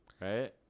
Right